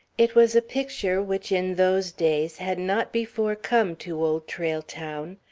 it was a picture which, in those days, had not before come to old trail town.